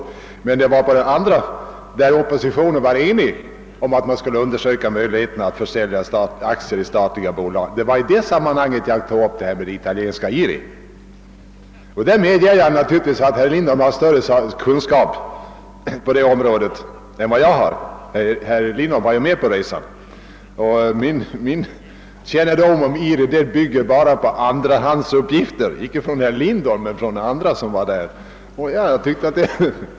Frågan om de italienska IRI-företagen tog jag upp i samband med frågan om möjligheterna att försälja aktier i statliga bolag, varom oppositionen var enig. Jag medger gärna att herr Lindholm har större sakkunskap på detta område än jag har — herr Lindholm var ju med på resan till Italien, och min kännedom om IRI bygger bara på andrahandsuppgifter, inte från herr Lindholm utan från andra som var med på resan.